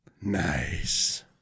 Nice